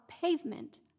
pavement